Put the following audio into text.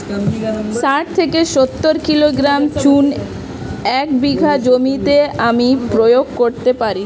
শাঠ থেকে সত্তর কিলোগ্রাম চুন এক বিঘা জমিতে আমি প্রয়োগ করতে পারি?